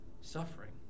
suffering